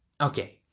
okay